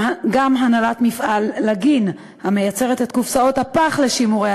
גם הנהלת מפעל "לגין" המייצר את קופסאות הפח לשימורי